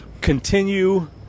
continue